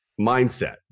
mindset